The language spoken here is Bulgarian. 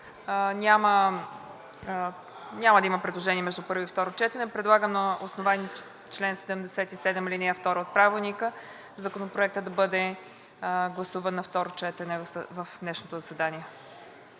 като няма предложения между първо и второ четене, предлагам на основание чл. 77, ал. 2 от Правилника Законопроектът да бъде гласуван на второ четене на днешното заседание.